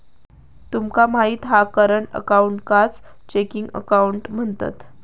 तुमका माहित हा करंट अकाऊंटकाच चेकिंग अकाउंट म्हणतत